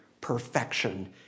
perfection